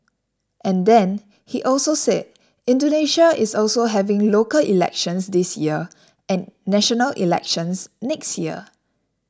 and then he also said Indonesia is also having local elections this year and national elections next year